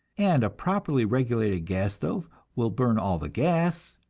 and properly regulated gas stove will burn all the gas,